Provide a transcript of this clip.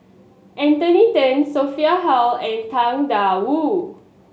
Anthony Then Sophia Hull and Tang Da Wu